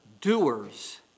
doers